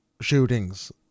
shootings